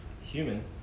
human